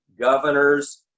governors